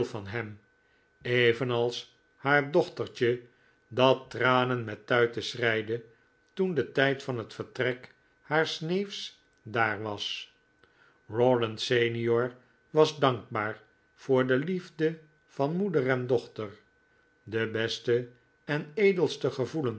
van hem evenals haar dochtertje dat tranen met tuiten schreide toen de tijd van het vertrek haars neefs daar was rawdon sr was dankbaar voor de liefde van moeder en dochter de beste en edelste gevoelens